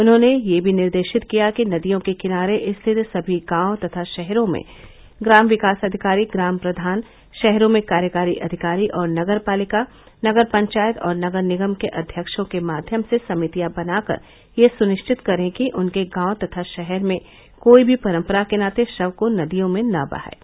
उन्होंने यह भी निर्देशित किया कि नदियों के किनारे स्थित सभी गांव तथा शहरों में ग्राम विकास अधिकारी ग्राम प्रधान शहरों में कार्यकारी अधिकारी और नगर पालिका नगर पंचायत और नगर निगम के अध्यक्षों के माव्यम से समितियां बनाकर यह सुनिश्चित करें कि उनके गांव तथा शहर में कोई भी परम्परा के नाते शव को नदियों में न बहाये